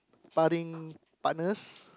partying partners